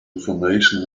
information